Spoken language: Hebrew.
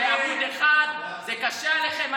זה עמוד אחד, זה קשה עליכם.